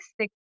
six